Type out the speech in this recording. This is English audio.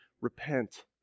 repent